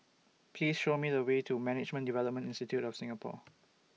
Please Show Me The Way to Management Development Institute of Singapore